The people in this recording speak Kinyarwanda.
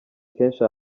kenshi